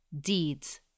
Deeds